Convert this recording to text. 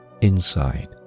inside